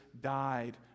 died